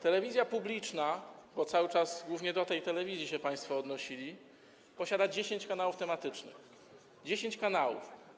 Telewizja publiczna, bo cały czas głównie do tej telewizji się państwo odnosili, posiada 10 kanałów tematycznych - 10 kanałów.